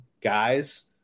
guys